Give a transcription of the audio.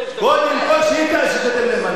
קודם כול שהיא תראה נאמנות.